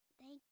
Thank